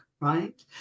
right